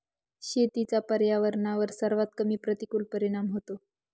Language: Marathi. शेतीचा पर्यावरणावर सर्वात कमी प्रतिकूल परिणाम होतो